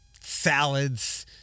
Salads